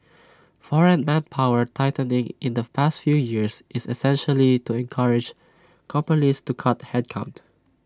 foreign manpower tightening in the past few years is essentially to encourage companies to cut headcount